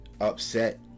upset